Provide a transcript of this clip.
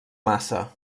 massa